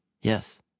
Yes